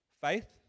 faith